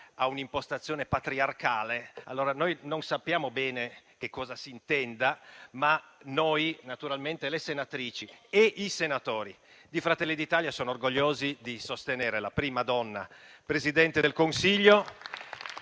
ha un'impostazione patriarcale. Noi non sappiamo bene cosa si intenda, ma naturalmente le senatrici e i senatori di Fratelli d'Italia sono orgogliosi di sostenere la prima donna Presidente del Consiglio